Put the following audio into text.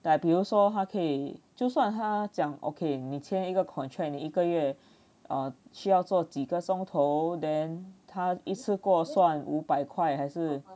like 比如说他可以就算他要讲 okay 你签一个 contract 你的一个月需要做几个钟头 then 他一次过算五百块还是